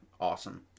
awesome